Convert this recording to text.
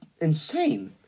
insane